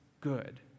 good